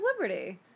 Liberty